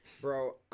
bro